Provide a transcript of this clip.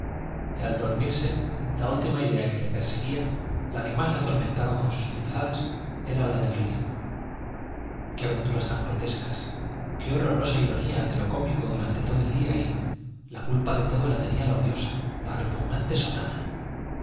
y al dormirse la última idea que le perseguía la que más le atormentaba con sus punzadas era la del ridículo qué aventuras tan grotescas qué horrorosa ironía de lo cómico durante todo el día y la culpa de todo la tenía la odiosa la repugnante sotana